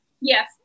Yes